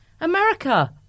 America